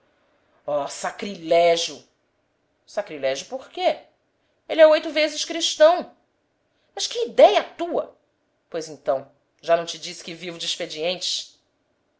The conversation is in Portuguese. sacrilégio sacrilégio por quê ele é oito vezes cristão mas que idéia a tua pois então eu já não te disse que vivo de expedientes